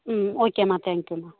ம் ஓகேம்மா தேங்க் யூம்மா